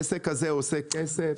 העסק הזה עושה כסף?